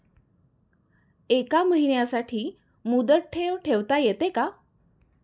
एका महिन्यासाठी मुदत ठेव ठेवता येते का?